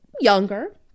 younger